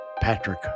Patrick